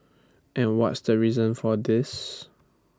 and what's the reason for this